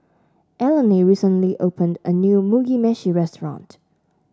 Eleni recently opened a new Mugi Meshi Restaurant